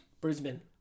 Brisbane